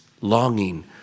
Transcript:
longing